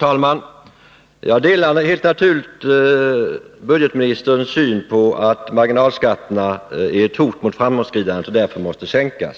Herr talman! Jag delar helt naturligt budgetministerns syn att marginalskatterna är ett hot mot framåtskridandet och därför måste sänkas.